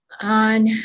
On